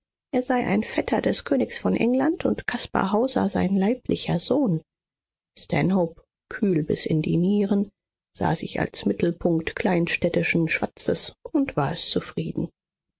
er sei ein vetter des königs von england und caspar hauser sein leiblicher sohn stanhope kühl bis in die nieren sah sich als mittelpunkt kleinstädtischen schwatzes und war es zufrieden